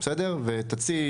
ותציעי